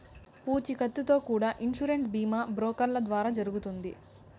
పూచీకత్తుతో కూడా ఇన్సూరెన్స్ బీమా బ్రోకర్ల ద్వారా జరుగుతుంది